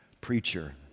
preacher